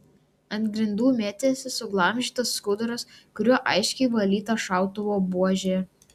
ant grindų mėtėsi suglamžytas skuduras kuriuo aiškiai valyta šautuvo buožė